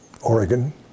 Oregon